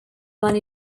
one